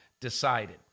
decided